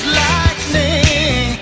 lightning